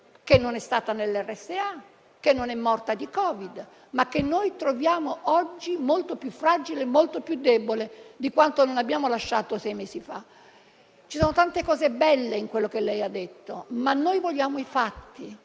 che non è stata nelle RSA né è morta di Covid, ma che oggi troviamo molto più fragile e debole di quanto non l'abbiamo lasciata sei mesi fa. Ci sono tante cose belle in quello che ha detto, ma vogliamo fatti,